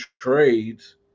trades